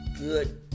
good